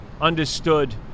understood